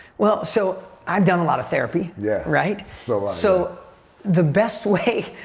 well, so, i've done a lot of therapy. yeah right? so so, the best way,